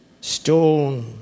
Stone